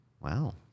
Wow